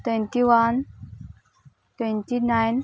twenty one twenty nine